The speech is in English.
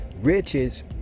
Riches